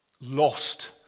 lost